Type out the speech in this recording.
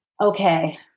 okay